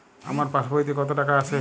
আমার পাসবইতে কত টাকা আছে?